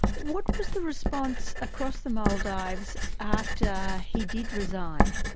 what was the response across the maldives after he did resign?